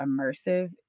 immersive